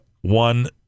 one